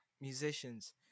musicians